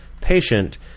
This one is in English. patient